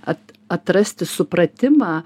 at atrasti supratimą